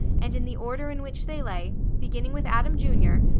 and in the order in which they lay, beginning with adam, jr,